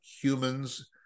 humans